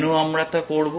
কেন আমরা তা করব